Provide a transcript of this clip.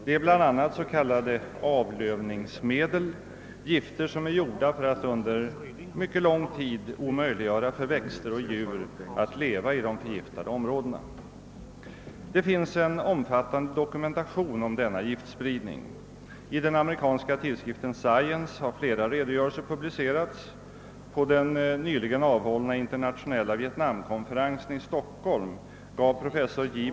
Det är bl.a. s.k. avlövningsmedel — gifter som är gjorda för att under mycket lång tid omöjliggöra för växter och djur att leva i de förgiftade områdena. Det finns en omfattande dokumentation om denna giftspridning. I den amerikanska tidskriften Science har flera redogörelser publicerats, och på den nyligen hållna internationella Vietnamkonferensen i Stockholm gav professor J.